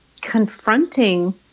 confronting